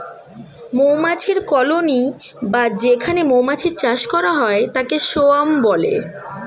মৌমাছির কলোনি বা যেখানে মৌমাছির চাষ করা হয় তাকে সোয়ার্ম বলে